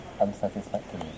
unsatisfactory